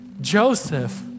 Joseph